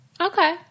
Okay